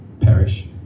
perish